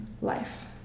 life